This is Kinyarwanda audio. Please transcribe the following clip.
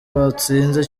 watsinze